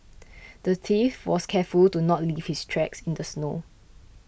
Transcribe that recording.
the thief was careful to not leave his tracks in the snow